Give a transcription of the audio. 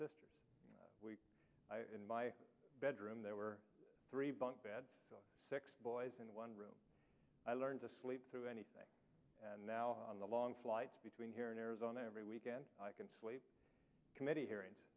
sisters in my bedroom there were three bunk beds six boys in one room i learned to sleep through anything now on the long flights between here in arizona every weekend i can sleep committee hearing